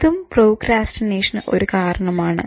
ഇതും പ്രോക്രാസ്റ്റിനേഷന് ഒരു കാരണമാണ്